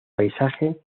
paisaje